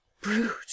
brute